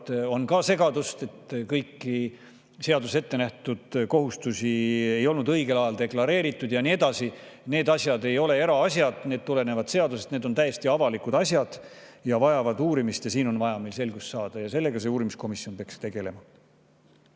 on ka segadust, et kõik seaduses ettenähtud kohustused ei olnud õigel ajal deklareeritud ja nii edasi – need ei ole eraasjad. See tuleneb seadusest, need on täiesti avalikud asjad ja vajavad uurimist. Siin on vaja meil selgust saada ja sellega see uurimiskomisjon peaks tegelema.